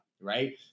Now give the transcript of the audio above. right